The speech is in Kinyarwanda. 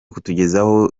kutugezaho